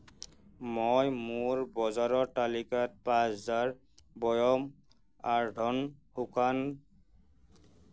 মই মোৰ বজাৰৰ তালিকাত পাঁচ জাৰ বয়াম আৰ্থ'ন শুকান